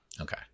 Okay